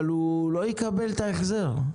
אבל הוא לא יקבל את ההחזר.